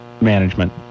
management